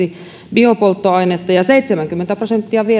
biopolttoainetta ja seitsemänkymmentä prosenttia